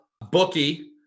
bookie